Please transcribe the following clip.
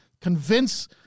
Convince